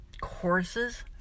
courses